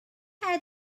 how